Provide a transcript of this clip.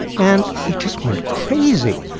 and it just went crazy.